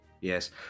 Yes